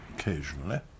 Occasionally